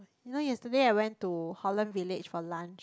you know yesterday I went to Holland-Village for lunch